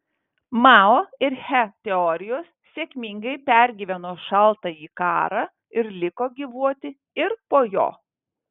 mao ir che teorijos sėkmingai pergyveno šaltąjį karą ir liko gyvuoti ir po jo